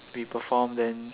we perform then